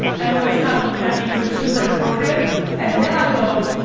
and everybody is kind of looking at me because it was super-inappropriate and then i go,